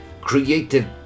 creative